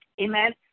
amen